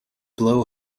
blow